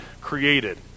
created